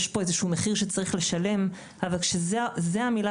יש פה איזה מחיר שצריך לשלם אבל זו המילה